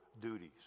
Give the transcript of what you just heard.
duties